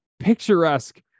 picturesque